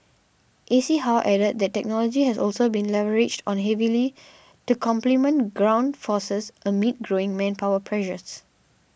A C how added that technology has also been leveraged on heavily to complement ground forces amid growing manpower pressures